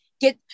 get